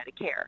Medicare